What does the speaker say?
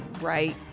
right